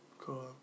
Cool